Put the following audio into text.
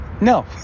No